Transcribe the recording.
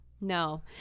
No